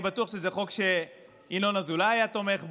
אני בטוח שזה חוק שינון אזולאי היה תומך בו,